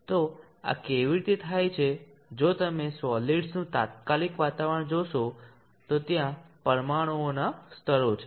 તો આ કેવી રીતે થાય છે જો તમે સોલીડ્સનું તાત્કાલિક વાતાવરણ જોશો તો ત્યાં પરમાણુઓના સ્તરો છે